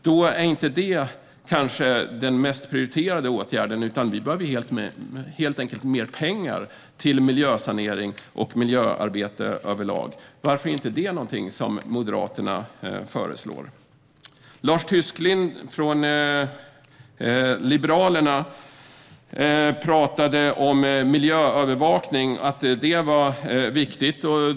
Då kanske detta inte är den mest prioriterade åtgärden. Vi behöver mer pengar till miljösanering och miljöarbete överlag. Varför är inte det något som Moderaterna föreslår? Lars Tysklind från Liberalerna talade om miljöövervakning och att det är viktigt.